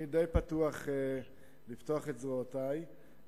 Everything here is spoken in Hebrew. אני די פתוח לפתוח את זרועותי,